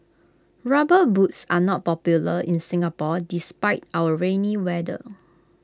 rubber boots are not popular in Singapore despite our rainy weather